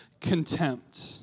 Contempt